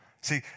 See